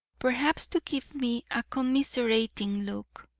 perhaps to give me a commiserating look,